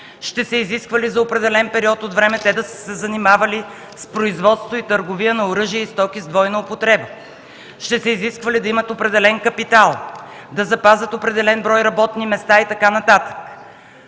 Ще се изисква ли за определен период от време те да са се занимавали с производство и търговия на оръжие и стоки с двойна употреба? - Ще се изисква ли да имат определен капитал, да запазят определен брой работни места и така нататък?